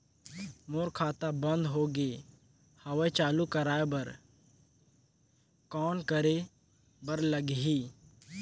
मोर खाता बंद हो गे हवय चालू कराय बर कौन करे बर लगही?